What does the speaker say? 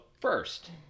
first